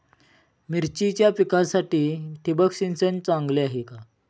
मिरचीच्या पिकासाठी ठिबक सिंचन चांगले आहे का?